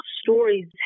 stories